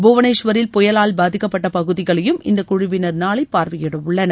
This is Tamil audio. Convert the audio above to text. புவனேஷ்வரில் புயலால் பாதிக்கப்பட்ட பகுதிகளையும் இந்த குழுவினர் நாளை பார்வையிடவுள்ளனர்